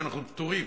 כי אנחנו פטורים,